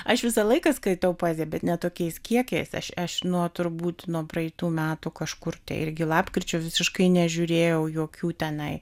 aš visą laiką skaitau poeziją bet ne tokiais kiekiais aš aš nuo turbūt nuo praeitų metų kažkur tai irgi lapkričio visiškai nežiūrėjau jokių tenai